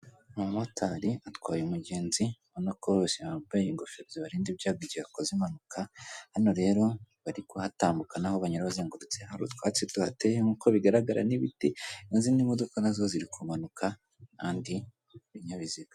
Umumotari atwaye umugenzi, urabona ko bose bambaye ingofero zibarinda ibyago igihe bakoze impanuka, hano rero bari kuhatandumbukanaho banyura ahazengurutse, hari utwatsi tuhateye nk'uko bigaragara n'ibiti, izindi modoka nazo ziri kumanuka kandi ibinyabiziga.